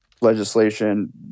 legislation